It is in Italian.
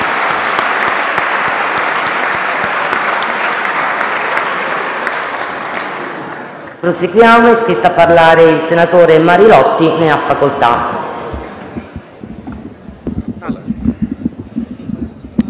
finestra"). È iscritto a parlare il senatore Marilotti. Ne ha facoltà.